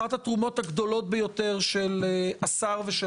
אחת התרומות הגדולות ביותר של השר ושל